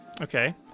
Okay